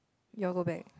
you all go back